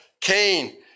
Cain